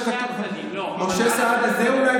משה סעדה, זה אולי